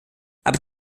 aber